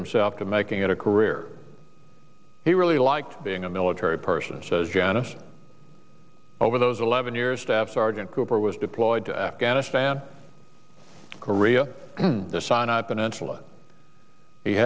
himself to making it a career he really like being a military person says janice over those eleven years staff sergeant cooper was deployed to afghanistan korea the si